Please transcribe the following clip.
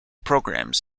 programs